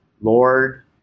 Lord